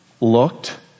Looked